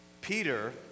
Peter